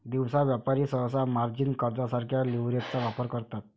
दिवसा व्यापारी सहसा मार्जिन कर्जासारख्या लीव्हरेजचा वापर करतात